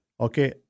Okay